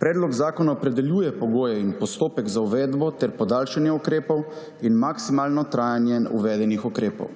Predlog zakona opredeljuje pogoje in postopek za uvedbo ter podaljšanje ukrepov in maksimalno trajanje uvedenih ukrepov.